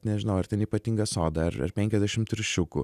nežinau ar ten ypatingą sodą ar ar penkiasdešim triušiukų